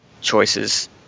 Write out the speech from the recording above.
choices